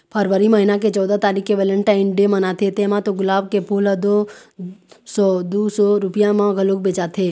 फरवरी महिना के चउदा तारीख के वेलेनटाइन डे मनाथे तेमा तो गुलाब के फूल ह सौ दू सौ रूपिया म घलोक बेचाथे